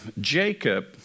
Jacob